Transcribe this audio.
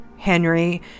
Henry